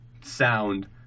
sound